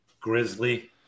Grizzly